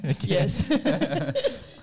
Yes